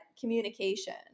communication